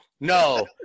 no